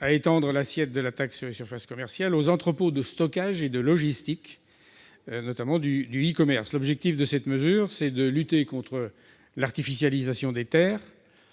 à étendre l'assiette de la taxe sur les surfaces commerciales aux entrepôts de stockage et de logistique destinés, notamment, au e-commerce, l'objectif étant de lutter contre l'artificialisation des terres.